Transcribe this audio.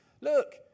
Look